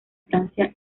francia